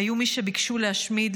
היו מי שביקשו להשמיד,